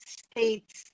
states